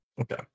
Okay